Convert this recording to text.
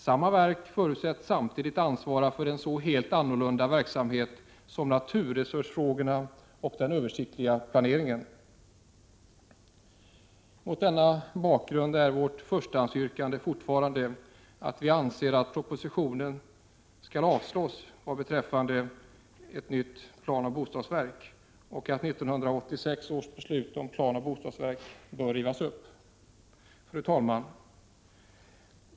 Samma verk förutsätts samtidigt ansvara för en så helt annorlunda verksamhet som naturresursfrågorna och den översiktliga planeringen. Mot denna bakgrund är vårt förstahandsyrkande fortfarande att propositionen skall avslås vad beträffar ett nytt planoch bostadsverk och att 1986 års beslut om planoch bostadsverket skall rivas upp. Fru talman!